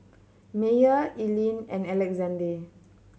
Meyer Ilene and Alexande